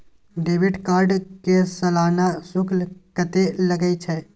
Debit card के सालाना शुल्क कत्ते लगे छै?